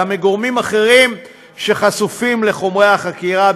אלא מגורמים אחרים שחשופים לחומרי החקירה,